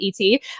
ET